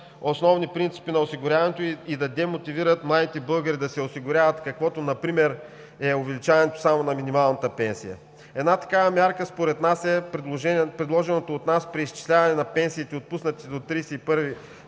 основни принципи на осигуряването и да демотивират младите българи да се осигуряват, каквото например е увеличаването само на минималната пенсия. Една такава мярка, според нас, е предложеното от нас преизчисляване на пенсиите, отпуснати до 31